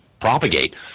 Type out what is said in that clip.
propagate